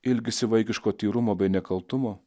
ilgisi vaikiško tyrumo bei nekaltumo